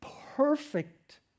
perfect